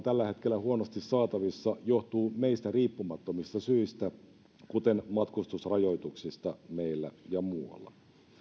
tällä hetkellä huonosti saatavissa johtuu meistä riippumattomista syistä kuten matkustusrajoituksista meillä ja muualla